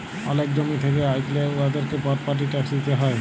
অলেক জমি জায়গা থ্যাইকলে উয়াদেরকে পরপার্টি ট্যাক্স দিতে হ্যয়